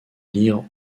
lire